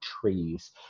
trees